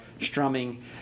strumming